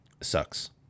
sucks